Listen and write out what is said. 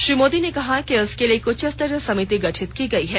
श्री मोदी ने कहा कि इसके लिए एक उच्च स्तरीय समिति गठित की गई है